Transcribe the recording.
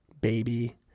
baby